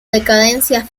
decadencia